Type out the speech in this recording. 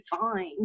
fine